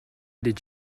did